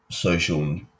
social